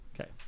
Okay